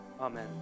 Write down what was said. Amen